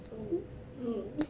oh mm